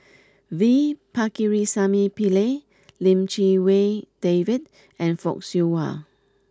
V Pakirisamy Pillai Lim Chee Wai David and Fock Siew Wah